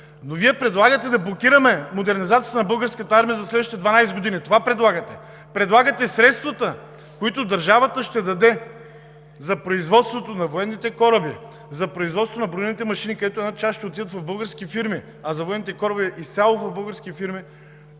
но Вие предлагате да блокираме модернизацията на Българската армия за следващите 12 години – това предлагате. Предлагате средствата, които държавата ще даде за производството на военните кораби, за производството на бронираните машини, една част от което ще отиде в български фирми, а за военните кораби е изцяло в български фирми.